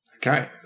Okay